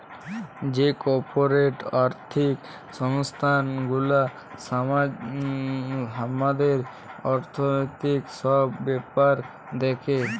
যে কর্পরেট আর্থিক সংস্থান গুলা হামাদের অর্থনৈতিক সব ব্যাপার দ্যাখে